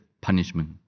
punishment